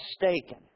mistaken